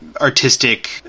artistic